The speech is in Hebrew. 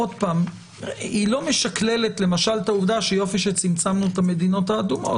היא לא משקללת למשל את העובדה שיופי שצמצמנו את המדינות האדומות,